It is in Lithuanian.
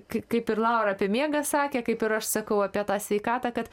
kaip ir laura apie miegą sakė kaip ir aš sakau apie tą sveikatą kad